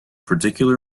particular